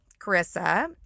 Carissa